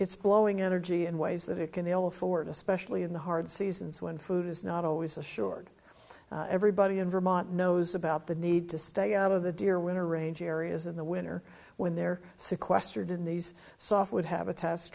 it's blowing energy in ways that it can ill afford especially in the hard seasons when food is not always assured everybody in vermont knows about the need to stay out of the deer winter range areas in the winter when they're sequestered in these soft what have a test